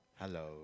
Hello